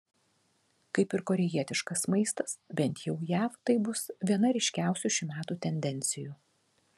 kaip ir korėjietiškas maistas bent jau jav tai bus viena ryškiausių šių metų tendencijų